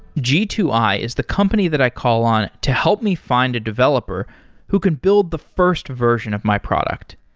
g two i is the company that i call on to help me find a developer who can build the first version of my product.